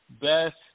Best